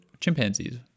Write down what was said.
Chimpanzees